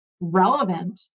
relevant